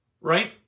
Right